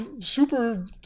super